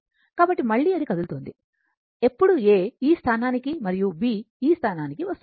కాబట్టి మళ్ళీ అది కదులుతోంది ఎప్పుడు A ఈ స్థానానికి మరియు B ఈ స్థానానికి వస్తుంది